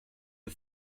are